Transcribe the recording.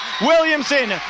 Williamson